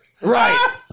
Right